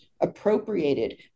appropriated